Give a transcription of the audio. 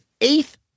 eighth